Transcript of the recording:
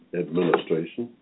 administration